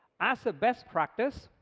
as a best practice,